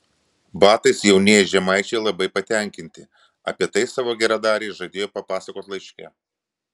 batais jaunieji žemaičiai labai patenkinti apie tai savo geradarei žadėjo papasakoti laiške